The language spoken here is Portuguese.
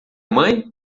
mãe